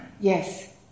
Yes